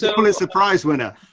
so pulitzer prize winner!